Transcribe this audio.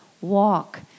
walk